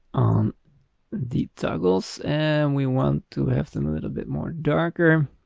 on the toggles and we want to have them a little bit more darker